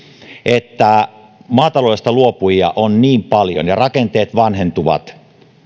että maataloudesta luopujia on niin paljon ja rakenteet vanhentuvat niin